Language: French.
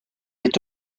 est